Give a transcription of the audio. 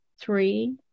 Three